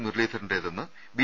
മുരളീധരന്റേതെന്ന് B